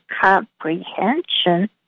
comprehension